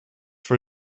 voor